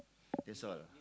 that's all